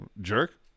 Jerk